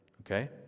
okay